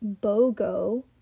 BOGO